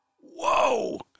Whoa